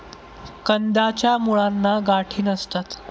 कंदाच्या मुळांना गाठी नसतात